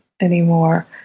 anymore